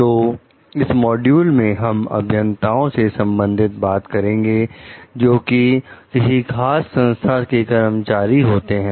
तो इस मॉड्यूल में हम अभियंताओं से संबंधित बात करेंगे जो कि किसी खास संस्था के कर्मचारी होते हैं